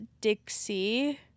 Dixie